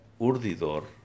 urdidor